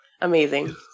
Amazing